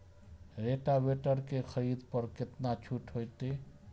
Rotavator के खरीद पर केतना छूट होते?